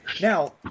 now